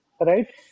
right